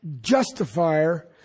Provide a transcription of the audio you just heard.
justifier